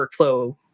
workflow